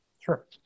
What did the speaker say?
Sure